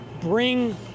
bring